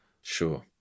Sure